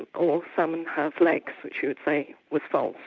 or, salmon have legs, which you would say was false.